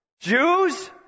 Jews